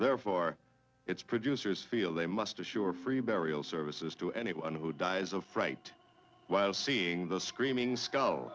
therefore it's producers feel they must assure free burial services to anyone who dies of fright while seeing the screaming skull